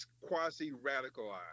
quasi-radicalized